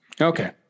Okay